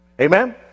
Amen